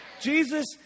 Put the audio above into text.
Jesus